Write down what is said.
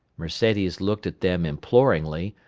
mercedes looked at them imploringly,